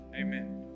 Amen